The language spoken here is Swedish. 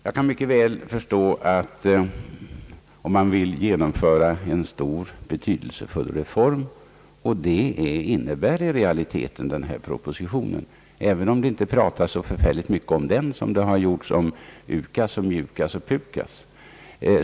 Jag kan mycket väl förstå att man vill genomföra en stor och betydelsefull reform — och det innebär i realiteten denna proposition, även om det inte pratas lika mycket om den som om UKAS, MJUKAS och PUKAS.